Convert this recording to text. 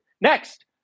Next